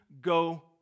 go